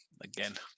again